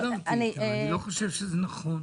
אני לא חושב שזה נכון.